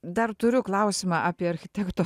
dar turiu klausimą apie architekto